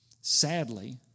sadly